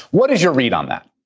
what is your read on that?